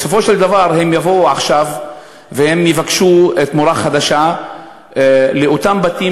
בסופו של דבר הם יבואו עכשיו ויבקשו תמורה חדשה לאותם בתים